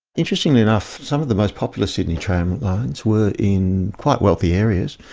interestingly enough, some of the most popular sydney tramlines were in quite wealthy areas.